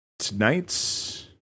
Tonight's